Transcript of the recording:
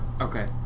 Okay